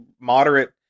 moderate